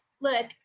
Look